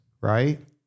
right